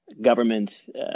government